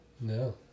No